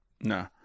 No